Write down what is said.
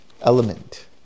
element